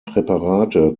präparate